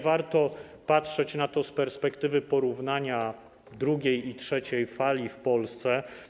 Warto patrzeć na to z perspektywy porównania drugiej fali z trzecią falą w Polsce.